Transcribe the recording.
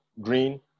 green